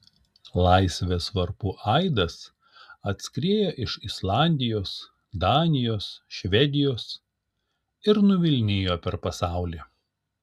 laisvės varpų aidas atskriejo iš islandijos danijos švedijos ir nuvilnijo per pasaulį